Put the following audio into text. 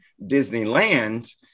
Disneyland